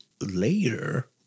later